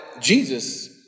Jesus